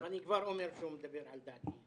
אני כבר אומר שהוא מדבר על דעתי.